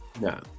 No